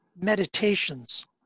meditations